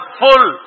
full